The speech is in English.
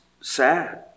sad